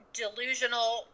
delusional